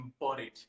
embodied